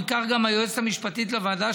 וכך גם היועצת המשפטית לוועדה,